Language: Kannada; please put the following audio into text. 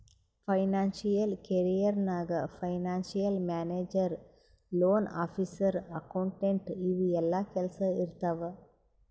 ಫೈನಾನ್ಸಿಯಲ್ ಕೆರಿಯರ್ ನಾಗ್ financial manager, loan officer, accountant ಇವು ಎಲ್ಲಾ ಕೆಲ್ಸಾ ಇರ್ತಾವ್